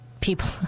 people